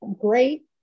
great